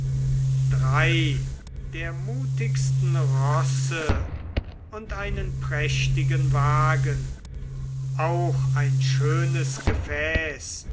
drei der mutigsten rosse und einen prächtigen wagen auch ein schönes gefäß